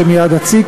שמייד אציג,